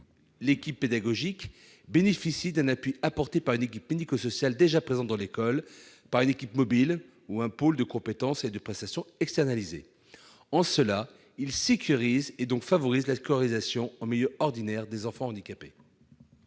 l'équipe pédagogique bénéficient d'un appui apporté par une équipe médico-sociale déjà présente dans l'école, une équipe mobile ou un pôle de compétences et de prestations externalisées. En cela, il tend à sécuriser, donc à favoriser la scolarisation en milieu ordinaire des enfants handicapés.